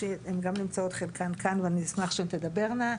הן גם נמצאות חלקן כאן ואני אשמח שתדברנה.